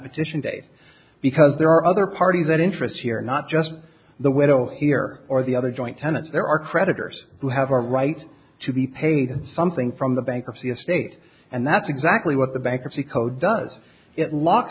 petition date because there are other parties that interest here not just the widow here or the other joint tenants there are creditors who have a right to be paid something from the bankruptcy estate and that's exactly what the bankruptcy code does it lock